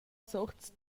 sorts